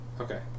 Okay